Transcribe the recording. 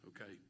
Okay